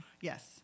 Yes